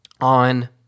on